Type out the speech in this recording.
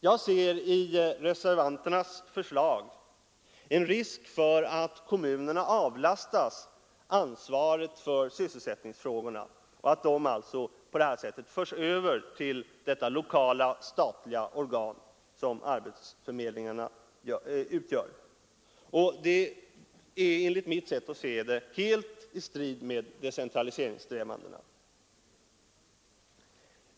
Jag ser i reservanternas förslag en risk för att kommunerna avlastas ansvaret för sysselsättningsfrågorna och att de frågorna förs över till de lokala statliga organ som arbetsförmedlingarna utgör. Det är enligt mitt sätt att se helt i strid med decentraliseringssträvandena.